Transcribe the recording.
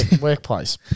Workplace